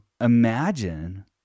imagine